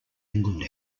england